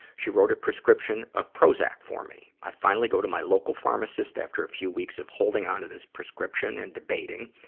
she wrote a prescription of prozac for me. i finally go to my local pharmacist after a few weeks of holding onto this prescription and debating.